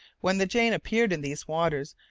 when the jane appeared in these waters,